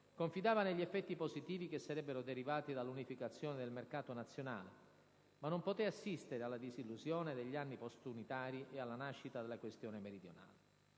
confidava negli effetti positivi che sarebbero derivati dall'unificazione del mercato nazionale, ma non poté assistere alla disillusione degli anni postunitari e alla nascita della Questione meridionale.